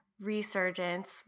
resurgence